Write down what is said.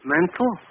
Mental